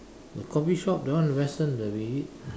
the coffee shop that one western that we eat